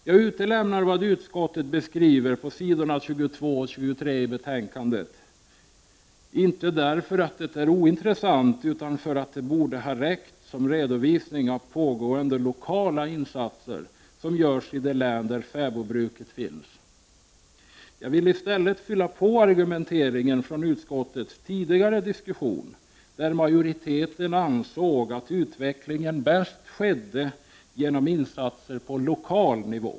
Jag utelämnar vad utskottet beskriver på s. 22 och 23 i betänkandet, inte därför att det är ointressant utan därför att det borde ha räckt som redovisning av pågående lokala insatser som görs i de län där fäbodbruket finns. Jag vill i stället fylla på argumenteringen från utskottets tidigare diskussion, där majoriteten ansåg att utvecklingen bäst skedde genom insatser på lokal nivå.